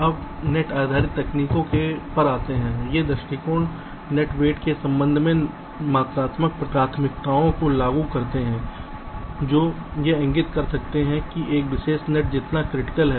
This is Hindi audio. अब नेट आधारित तकनीकों पर आते हुए ये दृष्टिकोण नेट वेट के संबंध में मात्रात्मक प्राथमिकताओं को लागू करते हैं जो यह इंगित कर सकते हैं कि एक विशेष नेट कितना क्रिटिकल है